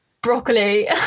broccoli